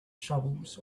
shovels